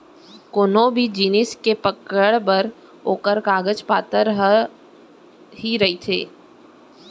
कोनो भी जिनिस के पकड़ बर ओखर कागज पातर ह ही रहिथे